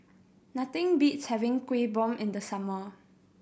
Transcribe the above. nothing beats having Kuih Bom in the summer